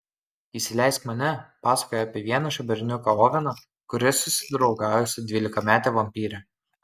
įsileisk mane pasakoja apie vienišą berniuką oveną kuris susidraugauja su dvylikamete vampyre